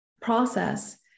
process